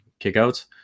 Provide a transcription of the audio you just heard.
kickouts